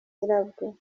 nyirabwo